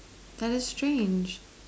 that is strange